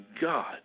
God